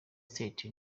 state